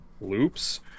loops